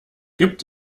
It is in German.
gibt